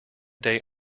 day